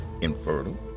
infertile